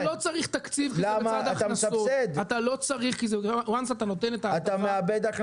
זה לא צריך תקציב כי ברגע שאתה נותן את ההטבה --- אתה מסבסד,